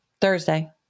Thursday